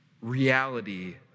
reality